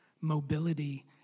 mobility